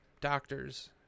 doctors